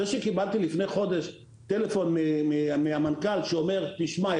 זה שקיבלתי לפני חודש טלפון מהמנכ"ל שאומר תשמע,